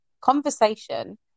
Conversation